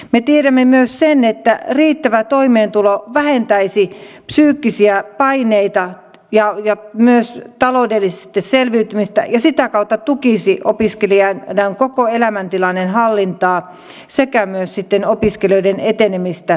me tiedämme myös sen että riittävä toimeentulo vähentäisi psyykkisiä paineita ja myös taloudellista selviytymistä ja sitä kautta tukisi opiskelijan koko elämäntilanteen hallintaa sekä myös sitten opiskelijoiden etenemistä tavoiteajassa